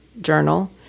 journal